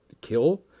kill